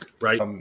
right